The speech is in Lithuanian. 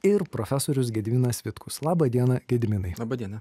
ir profesorius gediminas vitkus laba diena gediminai laba diena